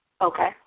Okay